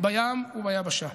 בים וביבשה: